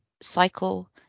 cycle